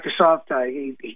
Microsoft